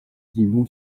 dino